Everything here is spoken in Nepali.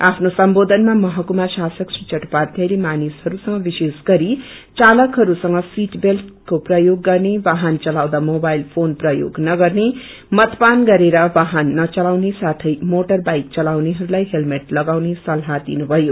आफ्नो सन्वोधनामा महरूमा शासक श्री चट्टोपाध्यायले मानिसहरू संग विशेष गरी चालकहरूसंग सिट बेल्ट को प्रयोग गर्ने वाहन चलाउँदा मोबाईल फोन प्रयोग नगर्ने मदपान गरेर वाहन नचलाउने साौँ मोटर बाईक चलाउनेहस्लाई हेलमेट लगाउने सल्लाह दनिभयो